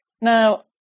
now